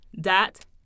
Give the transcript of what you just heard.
dot